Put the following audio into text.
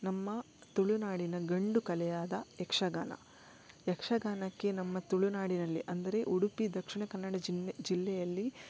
ನಮ್ಮ ತುಳುನಾಡಿನ ಗಂಡು ಕಲೆಯಾದ ಯಕ್ಷಗಾನ ಯಕ್ಷಗಾನಕ್ಕೆ ನಮ್ಮ ತುಳುನಾಡಿನಲ್ಲಿ ಅಂದರೆ ಉಡುಪಿ ದಕ್ಷಿಣ ಕನ್ನಡ ಜಿನ್ನೆ ಜಿಲ್ಲೆಯಲ್ಲಿ